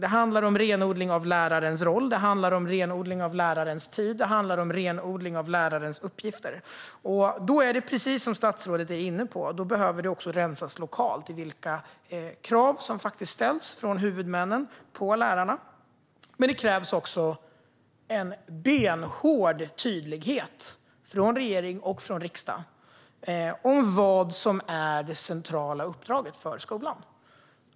Det handlar om renodling av lärarens roll, av lärarens tid och av lärarens uppgifter. Då behövs det också, precis som statsrådet var inne på, rensas lokalt i vilka krav som ställs av huvudmännen på lärarna. Men det krävs också en benhård tydlighet från regering och riksdag om vad som är det centrala uppdraget för skolan.